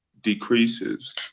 decreases